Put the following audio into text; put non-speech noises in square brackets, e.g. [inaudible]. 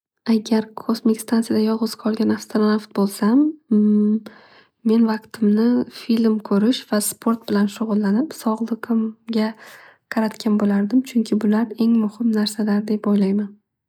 Agar kosmik stansiyada yolg'iz qolgan astronavt bo'lsam [hesitation] men vaqtimni film ko'rish va sport bilan shug'ullanib, sog'liqimga qaratgan bo'lardim. Chunki bular eng muhim narsalar deb o'ylayman.